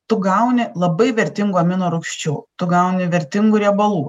tu gauni labai vertingų aminorūgščių tu gauni vertingų riebalų